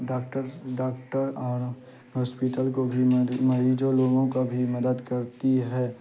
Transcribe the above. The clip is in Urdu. ڈاکٹرز ڈاکٹر اور ہاسپٹل کو بھی مریض لوگوں کا بھی مدد کرتی ہے